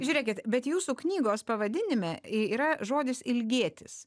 žiūrėkit bet jūsų knygos pavadinime yra žodis ilgėtis